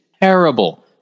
terrible